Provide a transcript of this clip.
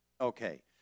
Okay